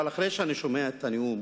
אבל אחרי שאני שומע את הנאום